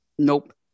nope